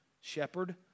shepherd